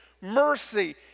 mercy